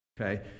Okay